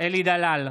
אלי דלל,